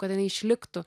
kad jinai išliktų